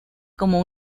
como